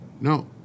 No